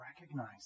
Recognize